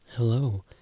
Hello